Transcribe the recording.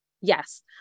Yes